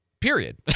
period